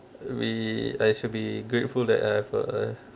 we I shall be grateful that I have a